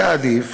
היה עדיף